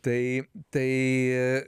tai tai